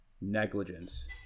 negligence